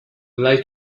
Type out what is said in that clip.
like